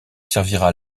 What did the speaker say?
servira